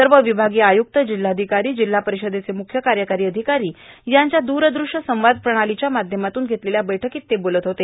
सर्व विभागीय आयुक्त जिल्हाधिकारी जिल्हा परिषदेचे मुख्य कार्यकारी अधिकारी यांच्या दूरदृश्य संवाद प्रणालीच्या माध्यमातून घेतलेल्या बैठकीत ते बोलत होते